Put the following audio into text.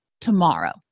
tomorrow